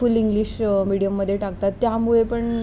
फुल English मिडीयममध्ये टाकतात त्यामुळे पण